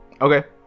Okay